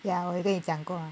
ya 我有跟你讲过